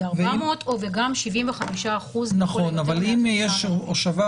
אבל אם יש הושבה,